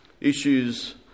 issues